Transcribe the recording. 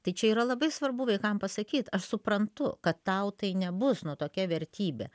tai čia yra labai svarbu vaikam pasakyt aš suprantu kad tau tai nebus nu tokia vertybė